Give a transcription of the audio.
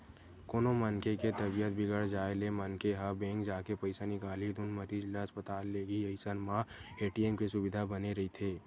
कोनो मनखे के तबीयत बिगड़ जाय ले मनखे ह बेंक जाके पइसा निकालही धुन मरीज ल अस्पताल लेगही अइसन म ए.टी.एम के सुबिधा बने रहिथे